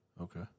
Okay